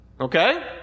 Okay